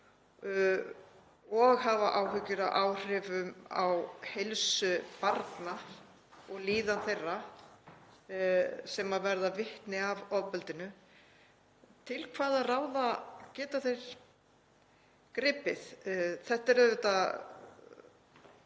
og hafi áhyggjur af áhrifum á heilsu barna og líðan þeirra sem verða vitni að ofbeldinu, til hvaða ráða geta þeir gripið? Þetta er snúið